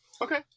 Okay